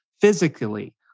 physically